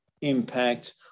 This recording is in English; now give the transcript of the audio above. impact